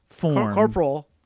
Corporal